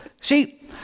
See